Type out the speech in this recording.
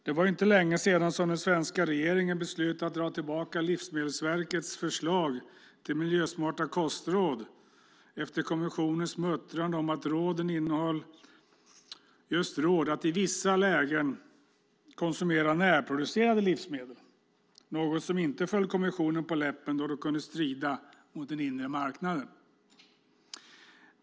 Det var ju inte länge sedan som den svenska regeringen beslutade att dra tillbaka Livsmedelsverkets förslag till miljösmarta kostråd, efter kommissionens muttrande om att de innehöll råd att i vissa lägen konsumera närproducerade livsmedel, något som inte föll kommissionen på läppen, eftersom det kunde strida mot den inre marknaden.